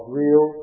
real